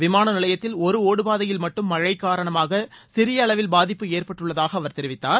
விமான நிலையத்தில் ஒரு ஒடுபாதையில் மட்டும் மழை காரணமாக சிறிய அளவில் பாதிப்பு ஏற்பட்டுள்ளதாக அவர் தெரிவித்தார்